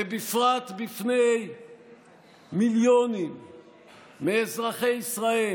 ובפרט בפני מיליונים מאזרחי ישראל